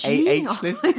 A-H-list